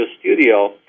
Studio